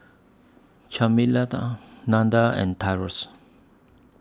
and Tyrus